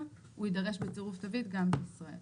הוא יידרש בצירוף תווית גם בישראל,